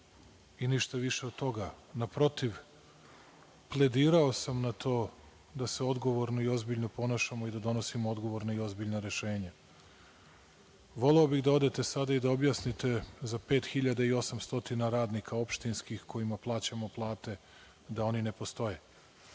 i ništa više od toga. Naprotiv, pledirao sam na to da se odgovorno i ozbiljno ponašamo i da donosimo odgovorna i ozbiljna rešenja. Voleo bih da odete sada i da objasnite za 5.800 radnika opštinskih kojima plaćamo plate, da oni ne postoje,